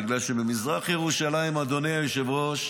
בגלל שבמזרח ירושלים, אדוני היושב-ראש,